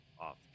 off